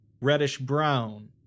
reddish-brown